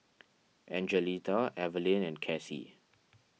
Angelita Evalyn and Cassie